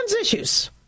issues